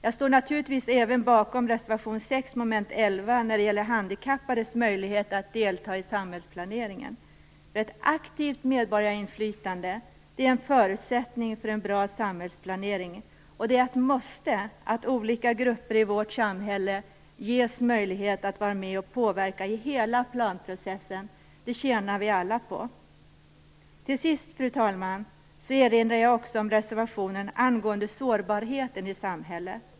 Jag står naturligtvis även bakom reservation Ett aktivt medborgarinflytande är en förutsättning för en bra samhällsplanering. Det är ett måste att olika grupper i vårt samhälle ges möjlighet att vara med och påverka hela planprocessen. Det tjänar vi alla på. Till sist, fru talman, erinrar jag också om reservationen angående sårbarheten i samhället.